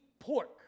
pork